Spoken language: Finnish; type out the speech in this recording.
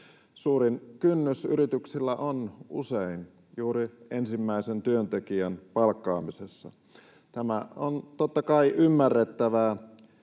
Suurin kynnys yrityksillä on usein juuri ensimmäisen työntekijän palkkaamisessa. Tämä on totta kai ymmärrettävää.